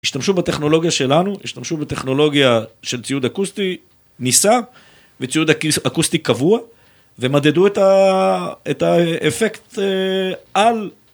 השתמשו בטכנולוגיה שלנו, השתמשו בטכנולוגיה של ציוד אקוסטי נישא וציוד אקוסטי קבוע ומדדו את ה.. את האפקט על